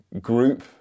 group